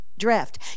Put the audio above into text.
drift